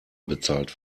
bezahlt